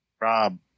Rob